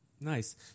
Nice